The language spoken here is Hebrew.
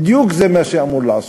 בדיוק זה מה שאמורים לעשות.